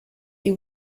you